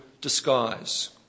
disguise